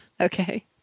Okay